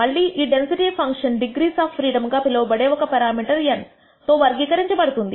మళ్లీ ఈ density function degrees of freedom గా పిలువబడే ఒక పెరామీటర్ n తో వర్గీకరించబడుతుంది